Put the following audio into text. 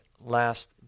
last